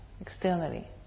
externally